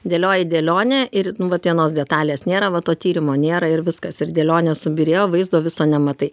dėlioji dėlionę ir nu vat vienos detalės nėra va to tyrimo nėra ir viskas ir dėlionė subyrėjo vaizdo viso nematai